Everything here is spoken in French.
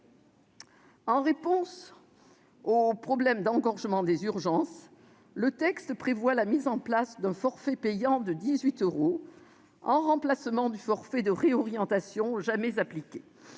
En réponse au problème de l'engorgement des urgences, le texte prévoit la mise en place d'un forfait payant de 18 euros en remplacement du forfait de réorientation jamais appliqué.